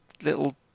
little